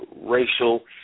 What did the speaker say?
racial